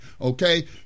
okay